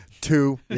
two